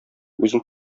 үзең